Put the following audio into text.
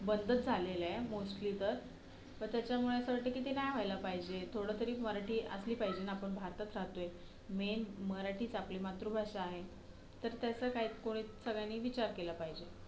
बंदच झालेलं आहे मोस्टली तर मी त्याच्यामुळे असं वाटतं की नाही व्हायला पाहिजे थोडंतरी मराठी असली पाहिजे ना आपण भारतात राहतो आहे मेन मराठीच आपली मातृभाषा आहे तर त्याचं काय कोणी सगळ्यांनी विचार केला पाहिजे